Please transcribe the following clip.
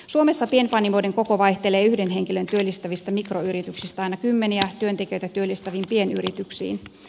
suomessa pienpanimoiden koko vaihtelee yhden henkilön työllistävistä mikroyrityksistä aina kymmeniä työntekijöitä työllistäviin pienyrityksiin